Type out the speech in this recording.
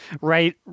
Right